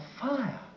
fire